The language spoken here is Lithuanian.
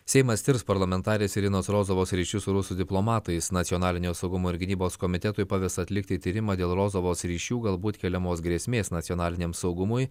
seimas tirs parlamentarės irinos rozovos ryšius su rusų diplomatais nacionalinio saugumo ir gynybos komitetui pavesta atlikti tyrimą dėl rozovos ryšių galbūt keliamos grėsmės nacionaliniam saugumui